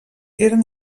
eren